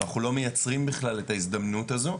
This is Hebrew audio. ואנחנו לא מייצרים בכלל את ההזדמנות הזאת.